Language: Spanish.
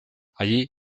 allí